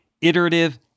iterative